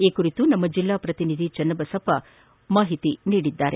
ಈ ಕುರಿತು ನಮ್ಮ ಜಿಲ್ಲಾ ಪ್ರತಿನಿಧಿ ಚೆನ್ನಬಸಪ್ಪ ಮಾಹಿತಿ ನೀಡಿದ್ದಾರೆ